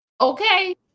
okay